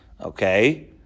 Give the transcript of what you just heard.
Okay